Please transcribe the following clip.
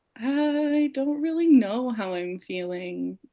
i don't really know how i'm feeling.